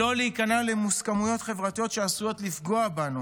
שלא להיכנע למוסכמות חברתיות שעשויות לפגוע בנו.